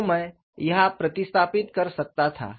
तो मैं यहाँ प्रतिस्थापित कर सकता था